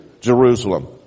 Jerusalem